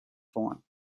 form